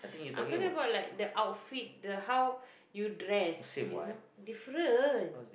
I'm talking about like the outfit the how you dress you know different